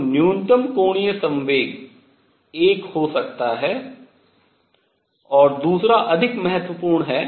तो न्यूनतम कोणीय संवेग एक हो सकता है और दूसरा अधिक महत्वपूर्ण है